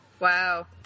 wow